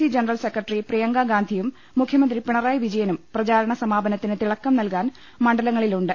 C general secretary Priyanka ഗാന്ധിയും മുഖ്യമന്ത്രി പിണറായി വിജയനും പ്രചാരണ സമാപനത്തിന് തിളക്കം നൽകാൻ മണ്ഡലങ്ങളിലുണ്ട്